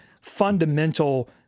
fundamental